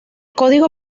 código